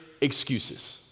excuses